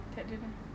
tak ada sudah